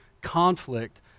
conflict